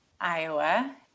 Iowa